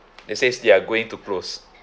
they says they're going to close